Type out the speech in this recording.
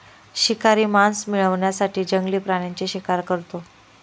शिकारी मांस मिळवण्यासाठी जंगली प्राण्यांची शिकार करतो